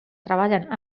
treballen